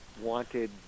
Wanted